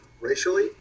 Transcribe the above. racially